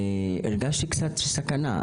והרגשתי קצת סכנה.